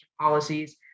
policies